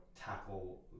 tackle